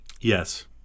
Yes